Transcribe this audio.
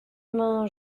mains